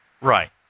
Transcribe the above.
Right